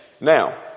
Now